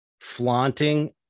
flaunting